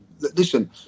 Listen